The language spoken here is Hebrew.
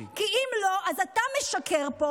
תמשיכי, יש לך עוד שתי דקות.